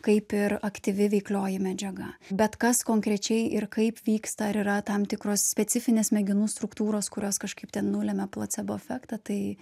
kaip ir aktyvi veiklioji medžiaga bet kas konkrečiai ir kaip vyksta ar yra tam tikros specifinės smegenų struktūros kurios kažkaip ten nulemia placebo efektą tai